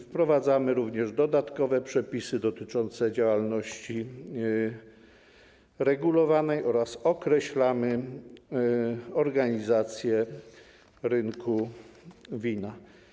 Wprowadzamy również dodatkowe przepisy dotyczące działalności regulowanej oraz określamy organizację rynku wina.